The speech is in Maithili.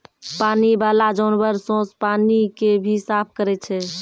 पानी बाला जानवर सोस पानी के भी साफ करै छै